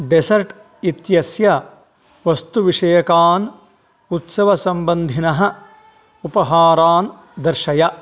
dessert इत्यस्य वस्तुविषयकान् उत्सवसम्बन्धिनः उपहारान् दर्शय